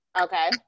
Okay